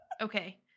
okay